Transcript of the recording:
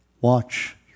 watch